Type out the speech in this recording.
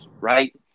right